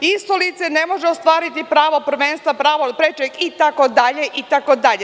Isto lice ne može ostvariti pravo prvenstva, pravo prečeg itd, itd.